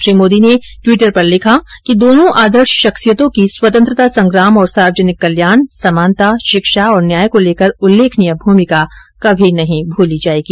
श्री मोदी ने टिवटर पर लिखा दोनों आदर्श शख्सियतों की स्वतंत्रता संग्राम और सार्वजनिक कल्याण समानता शिक्षा तथा न्याय को लेकर उल्लेखनीय भूमिका कभी नहीं भुली जाएगी